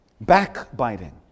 Backbiting